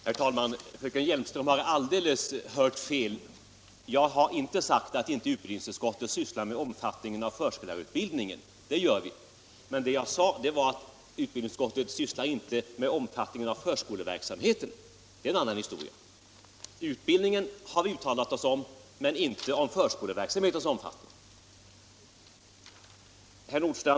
Herr talman! Fröken Hjelmström har hört alldeles fel; jag har inte sagt att utbildningsutskottet inte sysslar med omfattningen av förskollärarutbildningen. Det gör vi. Vad jag sade är att utbildningsutskottet sysslar inte med omfattningen av förskoleverksamheten. Det är en annan historia. Utbildningen har vi uttalat oss om men inte förskoleverksamhetens omfattning.